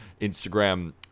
Instagram